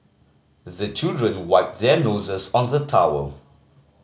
the children wipe their noses on the towel